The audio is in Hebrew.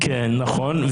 נכון.